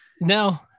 no